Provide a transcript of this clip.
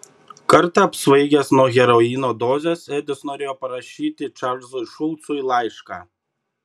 kartą apsvaigęs nuo heroino dozės edis norėjo parašyti čarlzui šulcui laišką